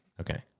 Okay